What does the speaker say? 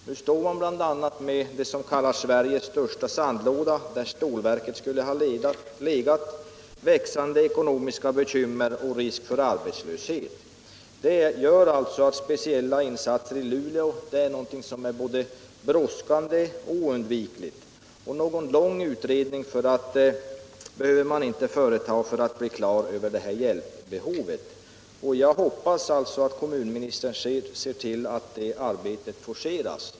Nu står man bl.a. med det som kallas ”Sveriges största sandlåda”, där stålverket skulle ha legat, med växande ekonomiska bekymmer och risk för arbetslöshet. Det gör att speciella insatser i Luleå är både brådskande och oundvikliga. Någon lång utredning behöver man inte företa för att bli klar över kommunens behov av hjälp. Jag hoppas sålunda att kommunministern ser till att det arbetet forceras.